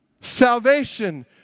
salvation